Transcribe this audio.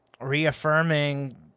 reaffirming